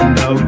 no